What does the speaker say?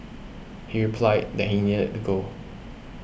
he replied that he needed to go